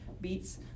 beets